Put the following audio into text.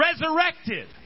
resurrected